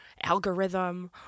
algorithm